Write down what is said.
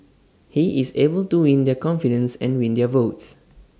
he is able to win their confidence and win their votes